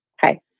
Hi